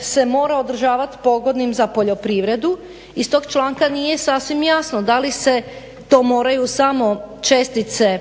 se mora održavati pogodnim za poljoprivredu iz tog članka nije sasvim jasno da li se to moraju samo čestice